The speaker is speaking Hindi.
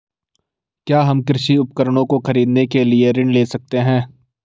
क्या हम कृषि उपकरणों को खरीदने के लिए ऋण ले सकते हैं?